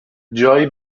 جایی